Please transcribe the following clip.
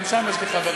גם שם יש לי חברים.